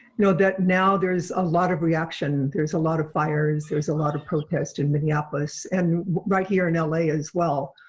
know that now there's a lot of reaction there's a lot of fires, there's a lot of protest in minneapolis and right here in la as well.